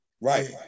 Right